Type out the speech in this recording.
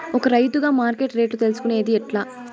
ఒక రైతుగా మార్కెట్ రేట్లు తెలుసుకొనేది ఎట్లా?